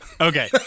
Okay